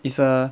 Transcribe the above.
it's a